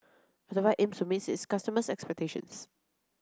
Ocuvite aims to meet its customers' expectations